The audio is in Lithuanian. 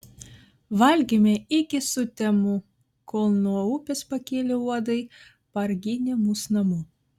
valgėme iki sutemų kol nuo upės pakilę uodai parginė mus namo